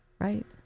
right